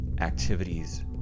activities